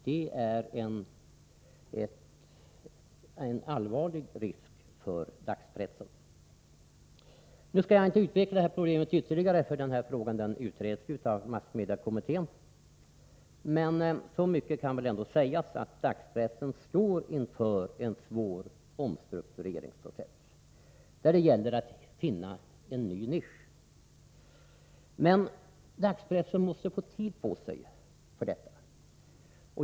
Det är en allvarlig risk för dagspressen. Jag skall nu inte utveckla det problemet ytterligare, eftersom det utreds av massmediekommittén, men så mycket måste ändock sägas att dagspressen står inför en svår omstruktureringsprocess, där det gäller att finna en ny nisch. Men dagspressen måste få tid på sig för detta.